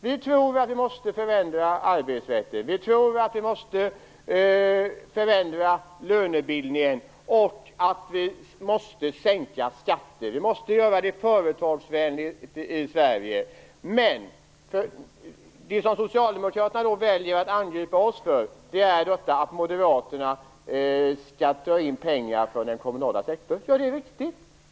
Vi tror att vi måste förändra arbetsrätten, vi tror att vi måste förändra lönebildningen och att vi måste sänka skatter. Vi måste göra det företagsvänligt i Sverige. Men det som socialdemokraterna väljer att angripa oss för är att moderaterna skall dra in pengar från den kommunala sektorn. Ja, det är riktigt.